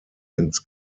ins